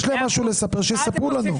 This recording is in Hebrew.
אם יש להם משהו לספר, שיספרו לנו.